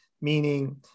meaning